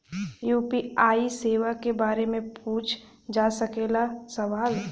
UPI सेवा के बारे में पूछ जा सकेला सवाल?